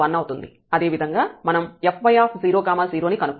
అదేవిధంగా మనం fy00 ని కనుక్కుంటాము